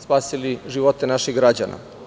spasili živote naših građana.